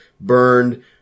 burned